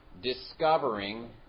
discovering